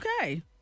okay